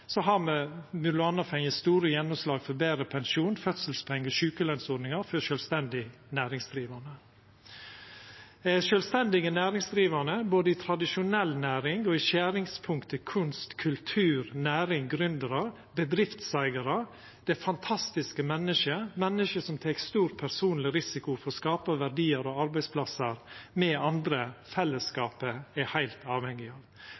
har me m.a. fått store gjennomslag for betre pensjon, fødselspengar og sjukelønsordningar for sjølvstendig næringsdrivande, sjølvstendig næringsdrivande både i tradisjonell næring og i skjeringspunktet kunst/kultur/næring/gründer/bedriftseigar. Det er fantastiske menneske, menneske som tek stor personleg risiko for å skapa verdiar og arbeidsplassar som me andre, fellesskapet, er heilt avhengige av.